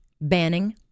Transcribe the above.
banning